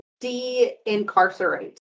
de-incarcerate